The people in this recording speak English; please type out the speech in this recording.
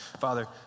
Father